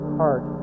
heart